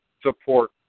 support